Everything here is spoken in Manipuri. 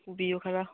ꯄꯨꯕꯤꯎ ꯈꯔ